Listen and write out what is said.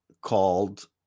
called